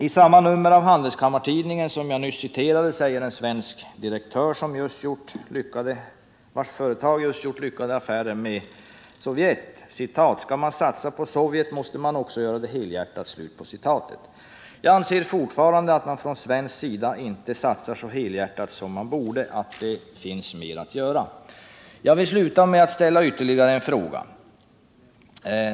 I det nummer av Handelskammartidningen som jag nyss citerade ur säger en svensk direktör, vars företag just gjort lyckade affärer med Sovjet: ”Skall man satsa på Sovjet måste man också göra det helhjärtat.” Jag anser fortfarande att man från svensk sida inte satsar så helhjärtat som man borde. Det finns mer att göra. Jag vill sluta med att ställa ytterligare en fråga.